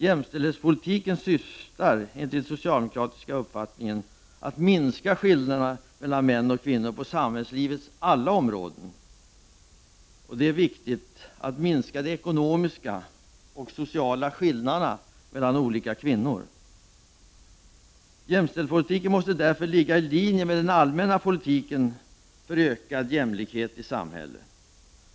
Jämställdhetspolitiken syftar, enligt socialdemokratisk uppfattning, till att minska skillnaderna mellan kvinnor och män på samhällslivets alla områden och — det är viktigt — att minska de ekonomiska och sociala skillnaderna mellan olika kvinnor. Jämställdhetspolitiken måste därför ligga i linje med den allmänna politiken för ökad jämlikhet i samhället.